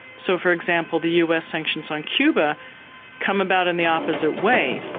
so, for example, the us sanctions on cuba come about in the opposite way.